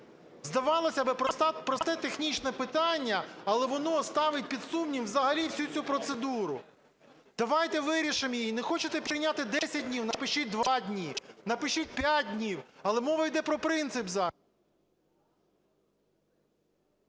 Здавалося б, просте технічне питання, але воно ставить під сумнів взагалі всю цю процедуру. Давайте вирішимо її, не хочете прийняти 10 днів - напишіть два дні, напишіть п'ять днів, але мова йде про принцип